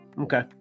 Okay